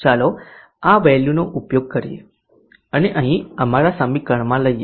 ચાલો આ વેલ્યુનો ઉપયોગ કરીએ તેને અહીં અમારા સમીકરણમાં લઈએ